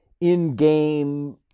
in-game